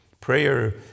Prayer